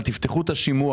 אבל תפתחו את השימוע